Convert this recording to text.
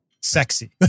sexy